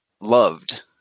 loved